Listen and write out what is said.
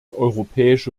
europäische